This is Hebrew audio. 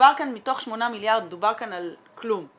מתוך 8 מיליארד דובר כאן על כלום.